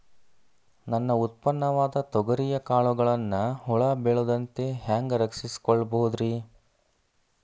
ನನ್ನ ಉತ್ಪನ್ನವಾದ ತೊಗರಿಯ ಕಾಳುಗಳನ್ನ ಹುಳ ಬೇಳದಂತೆ ಹ್ಯಾಂಗ ರಕ್ಷಿಸಿಕೊಳ್ಳಬಹುದರೇ?